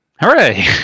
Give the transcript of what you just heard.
hooray